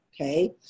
okay